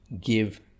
give